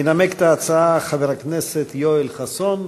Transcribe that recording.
ינמק את ההצעה חבר הכנסת יואל חסון.